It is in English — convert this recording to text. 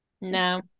No